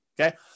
okay